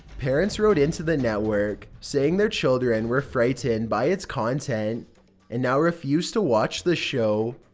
parents wrote into the network, saying their children were frightened by its content and now refused to watch the show.